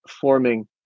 forming